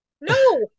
no